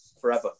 forever